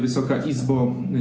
Wysoka Izbo!